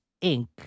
ink